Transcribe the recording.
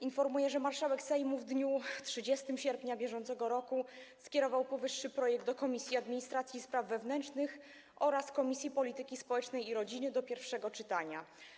Informuję, że marszałek Sejmu w dniu 30 sierpnia br. skierował powyższy projekt do Komisji Administracji i Spraw Wewnętrznych oraz Komisji Polityki Społecznej i Rodziny do pierwszego czytania.